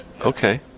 Okay